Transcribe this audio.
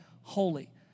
holy